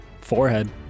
Forehead